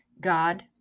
God